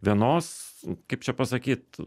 vienos kaip čia pasakyt